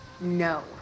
no